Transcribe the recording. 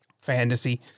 fantasy